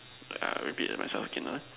uh I repeat myself again ah